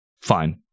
Fine